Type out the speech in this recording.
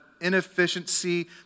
inefficiency